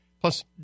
Plus